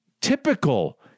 typical